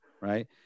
right